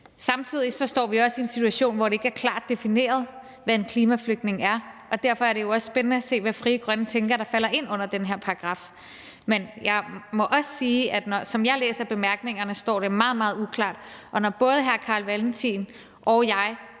Samtidig står vi også i en situation, hvor det ikke er klart defineret, hvad en klimaflygtning er. Derfor er det jo også spændende at se, hvad Frie Grønne tænker falder ind under den her paragraf. Men jeg må også sige, at som jeg læser bemærkningerne, står det meget, meget uklart, og når både hr. Carl Valentin og jeg